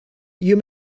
you